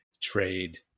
trade